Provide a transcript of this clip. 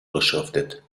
beschriftet